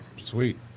Sweet